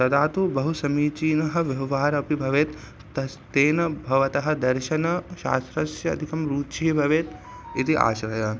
तदा तु बहु समीचीनः व्यवहारपि भवेत् तस्य तेन भवतः दर्शनशास्त्रस्य अधिकं रुचिः भवेत् इति आशयः